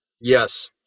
Yes